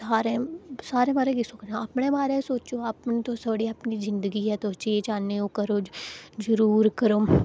साढ़े साढ़े बारै ई केह् सोचना अपने बारै च सोचो अपनी थुहाड़ी अपनी जिंदगी ऐ तुस जेह् चाहो ओह् करो जरूर करो